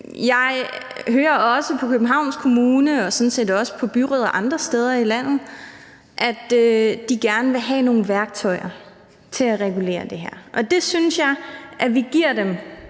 jeg hører også fra Københavns Kommune og sådan set også fra byråd andre steder i landet, at de gerne vil have nogle værktøjer til at regulere det her med. Det synes jeg at vi giver dem